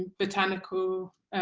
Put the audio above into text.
botanical